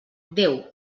déu